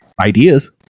ideas